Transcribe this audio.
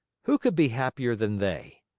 who could be happier than they?